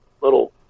little